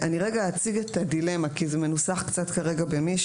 אני אציג את הדילמה כי כרגע זה מנוסח קצת במישמש.